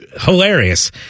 hilarious